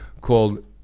called